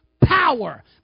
power